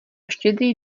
štědrý